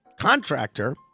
contractor